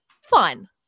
fun